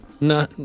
No